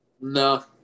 No